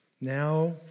now